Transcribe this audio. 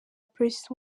press